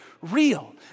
real